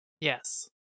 Yes